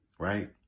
right